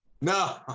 No